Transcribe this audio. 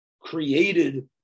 created